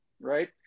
right